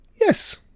yes